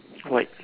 white